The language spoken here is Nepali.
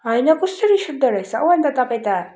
होइन कस्तो रिस उठ्दो रहेछ अन्त तपाईँ त